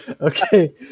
Okay